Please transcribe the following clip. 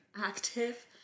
active